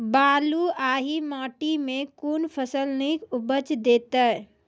बलूआही माटि मे कून फसल नीक उपज देतै?